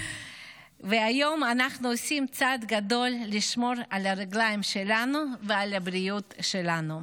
והיום אנחנו עושים צעד גדול לשמור על הרגליים שלנו ועל הבריאות שלנו.